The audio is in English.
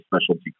specialty